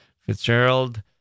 Fitzgerald